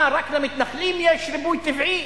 מה, רק למתנחלים יש ריבוי טבעי?